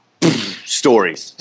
stories